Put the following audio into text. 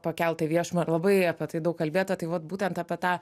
pakelta į viešumą ir labai apie tai daug kalbėta tai vat būtent apie tą